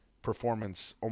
Performance